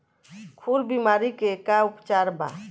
खुर बीमारी के का उपचार बा?